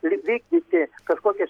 ir vykdyti kažkokias